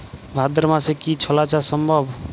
ভাদ্র মাসে কি ছোলা চাষ সম্ভব?